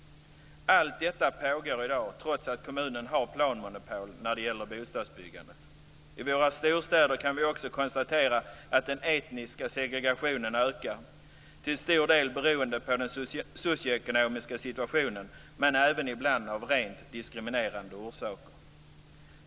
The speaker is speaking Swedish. Allt detta pågår i dag trots att kommunen har planmonopol när det gäller bostadsbyggandet. I våra storstäder kan vi också konstatera att den etniska segregationen ökar, till stor del beroende på den socio-ekonomiska situationen men ibland även av rent diskrimierande orsaker.